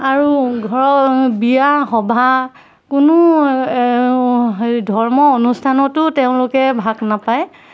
আৰু ঘৰৰ বিয়া সভা কোনো হেৰি ধৰ্ম অনুষ্ঠানতো তেওঁলোকে ভাগ নাপায়